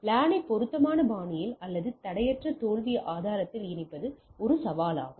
லானை பொருத்தமான பாணியில் அல்லது தடையற்ற தோல்வி ஆதாரத்தில் இணைப்பது ஒரு சவாலாகும்